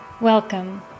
Welcome